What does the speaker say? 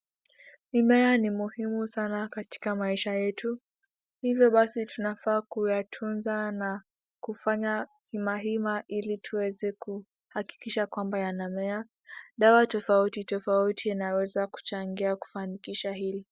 Mimea ni muhimu sana katika maisha yetu hivyo basi tunafaa kuyatuza na kufanya hima hima ili tuweze kuhakikisha ya kwamba yanamea dawa tofauti tofauti inaweza kuchangia kufanikisha hili.